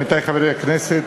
עמיתי חברי הכנסת,